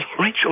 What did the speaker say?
Rachel